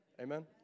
amen